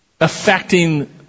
affecting